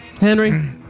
Henry